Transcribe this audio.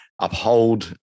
uphold